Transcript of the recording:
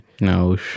No